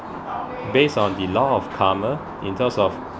based on the law of karma in terms of